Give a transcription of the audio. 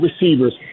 receivers